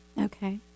Okay